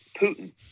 Putin